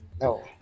no